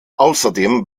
außerdem